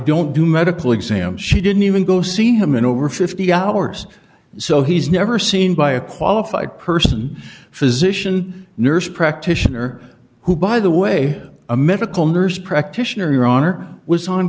don't do medical exam she didn't even go see him in over fifty hours so he's never seen by a qualified person physician nurse practitioner who by the way a mythical nurse practitioner your honor was on